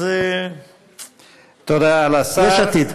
אז יש עתיד.